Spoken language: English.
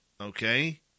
okay